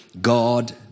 God